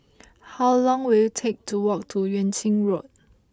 how long will it take to walk to Yuan Ching Road